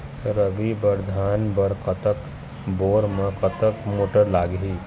रबी बर धान बर कतक बोर म कतक मोटर लागिही?